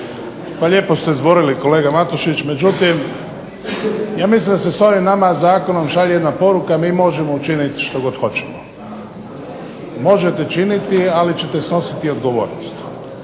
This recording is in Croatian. Pa lijepo ste zborili kolega Matušić. Međutim, ja mislim da se s ovim nama zakonom šalje jedna poruka mi možemo učiniti što god hoćemo. Možete činiti, ali ćete snositi i odgovornost.